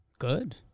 Good